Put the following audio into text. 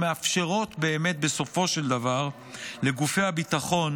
ומאפשרות באמת סופו של דבר לגופי הביטחון